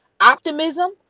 optimism